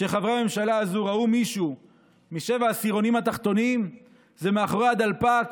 שחברי הממשלה הזו ראו מישהו משבעת העשירונים התחתונים זה מאחורי הדלפק